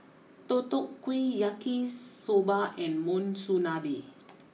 Deodeok Gui Yaki Soba and Monsunabe